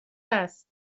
است